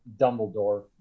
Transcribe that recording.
Dumbledore